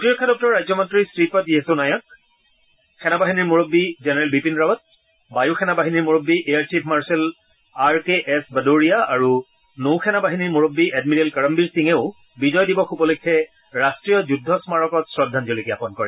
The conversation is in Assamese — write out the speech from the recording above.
প্ৰতিৰক্ষা দপ্তৰৰ ৰাজ্য মন্ত্ৰী শ্ৰীপদ য়েছ নায়ক সেনাবাহিনীৰ মূৰববী জেনেৰেল বিপিন ৰাৱট বায়ুসেনা বাহিনীৰ মূৰববী air chief marshal R K S Bhadauria আৰু নৌসেনা বাহিনীৰ মুৰববী এডমিৰেল কৰমবীৰ সিঙেও বিজয় দিৱস উপলক্ষে ৰাষ্ট্ৰীয় যুদ্ধ স্মাৰকত শ্ৰদ্ধাজ্ঞলি জ্ঞাপন কৰে